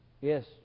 Yes